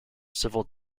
civil